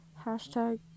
hashtag